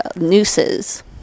nooses